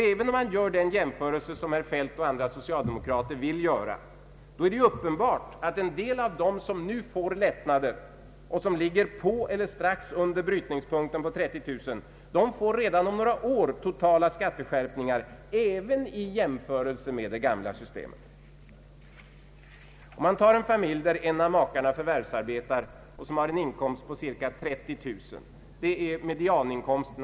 Även om man gör den jämförelse som herr Feldt och andra socialdemokrater vill göra, så är det uppenbart att en del av dem som nu får lättnader och som ligger på eller strax under brytningspunkten på 30 000 kronor — de får redan om några år totala skatteskärpningar även i jämförelse med nuvarande system. Ta en familj, där en av makarna förvärvsarbetar med en inkomst på cirka 30 000 kronor.